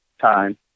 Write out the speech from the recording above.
time